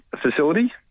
facility